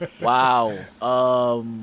Wow